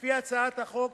לפי הצעת החוק,